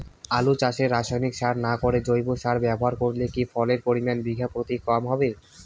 আলু চাষে রাসায়নিক সার না করে জৈব সার ব্যবহার করলে কি ফলনের পরিমান বিঘা প্রতি কম হবে?